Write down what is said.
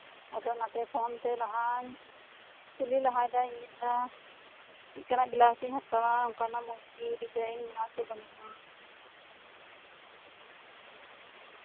ᱟᱫᱚ ᱚᱱᱟᱛᱮ ᱯᱷᱳᱱᱛᱮ ᱞᱟᱦᱟᱧ ᱠᱩᱞᱤ ᱞᱟᱦᱟᱭ ᱫᱟ ᱢᱮᱱᱫᱟᱹᱧ ᱪᱮᱫᱞᱮᱠᱟᱱᱟᱜ ᱵᱞᱟᱣᱩᱡᱤᱧ ᱦᱟᱛᱟᱣᱟ ᱚᱱᱠᱟᱱᱟᱜ ᱢᱚᱸᱡᱜᱤ ᱰᱤᱡᱟᱭᱤᱱ ᱢᱮᱱᱟᱜ ᱟᱥᱮ ᱵᱟᱹᱱᱩᱜᱼᱟ